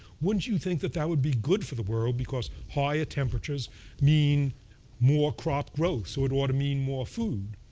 wouldn't you think that that would be good for the world, because higher temperatures mean more crop growth, so it ought to mean more food?